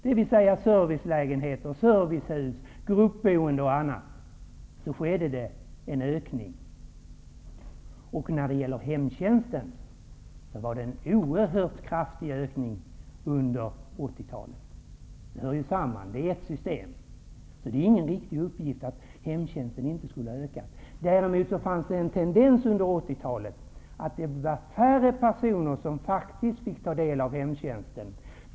Det gäller servicelägenheter, servicehus, gruppboende m.m. Hemtjänsten ökade oerhört kraftigt under 80-talet. Den hör till samma system. Det är inte någon riktig uppgift att hemtjänsten inte skulle ha ökat. Däremot fanns det en tendens under 80-talet att det var färre personer som faktiskt fick ta del av hemtjänsten.